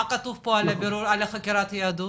מה כתוב פה על חקירת יהדות?